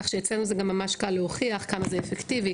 כך שאצלנו זה גם ממש קל להוכיח כמה זה אפקטיבי,